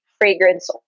fragrance